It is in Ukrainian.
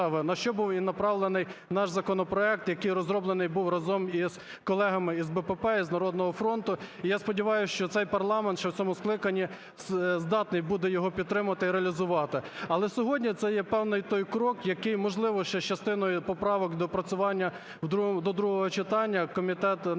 на що був і направлений наш законопроект, який розроблений був разом із колегами із БПП, із "Народного фронту". І я сподіваюся, що цей парламент ще в цьому скликанні здатний буде його підтримати і реалізувати. Але сьогодні це є певний той крок, який можливо ще з частиною поправок, доопрацювання до другого читання Комітет нацбезпеки